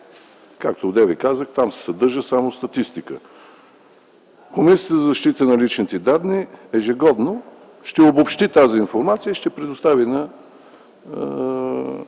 Както одеве казах, там се съдържа само статистика. Комисията за защита на личните данни ежегодно ще обобщи тази информация и в двумесечен